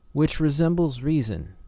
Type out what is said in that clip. which resembles reason,